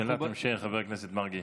שאלת המשך, חבר הכנסת מרגי.